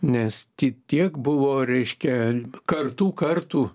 nes ti tiek buvo reiškia kartų kartų